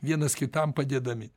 vienas kitam padėdami